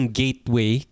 gateway